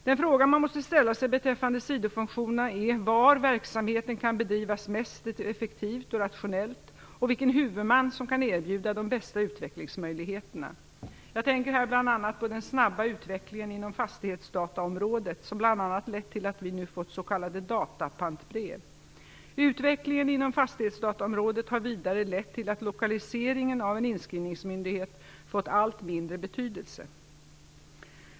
Den fråga som man måste ställa sig beträffande sidofunktionerna är var verksamheten kan bedrivas mest effektivt och rationellt och vilken huvudman som kan erbjuda de bästa utvecklingsmöjligheterna. Jag tänker här bl.a. på den snabba utvecklingen inom fastighetsdataområdet som bl.a. lett till att vi nu fått s.k. datapantbrev. Utvecklingen inom fastighetsdataområdet har vidare lett till att lokaliseringen av en inskrivningsmyndighet fått allt mindre betydelse.